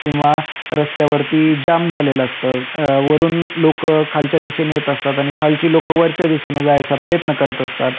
किंवा रस्त्यावरती जाम झालेलं असतं वरून लोक खालच्या दिशेने येत असतात आणि खालची लोक वरच्या दिशेने जायचा प्रयत्न करत असतात